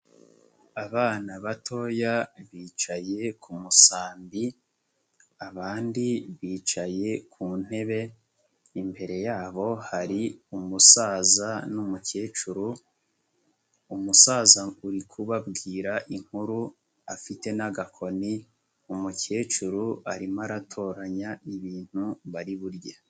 Abana batoya bicaye ku musambi abandi bicaye ku ntebe, imbere yabo hari umusaza n'umukecuru, umusaza uri kubwira inkuru afite n'agakoni, umukecuru arimo aratoranya ibintu bari burye.